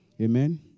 Amen